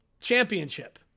championship